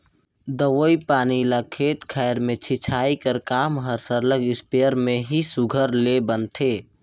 दवई पानी ल खेत खाएर में छींचई कर काम हर सरलग इस्पेयर में ही सुग्घर ले बनथे